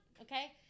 okay